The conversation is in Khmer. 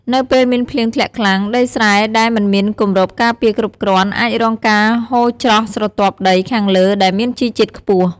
នៅពេលមានភ្លៀងធ្លាក់ខ្លាំង ដីស្រែដែលមិនមានគម្របការពារគ្រប់គ្រាន់ អាចរងការហូរច្រោះស្រទាប់ដីខាងលើដែលមានជីជាតិខ្ពស់។